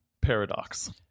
paradox